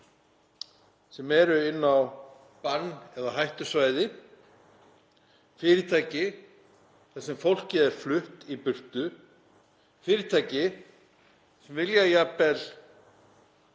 sem eru inn á bann- eða hættusvæði, fyrirtæki þar sem fólkið er flutt í burtu, fyrirtæki sem vilja jafnvel